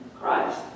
Christ